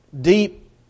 deep